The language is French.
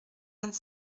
vingt